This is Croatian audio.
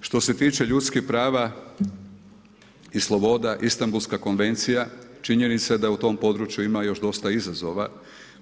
Što se tiče ljudskih prava i sloboda Istanbulska konvencija, činjenica je da u tom području ima još dosta izazova